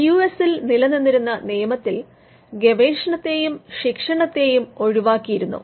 U എസിൽ നിലനിന്നിരുന്ന നിയമത്തിൽ ഗവേഷണത്തെയും ശിക്ഷണത്തെയും ഒഴിവാക്കിയിരുന്നു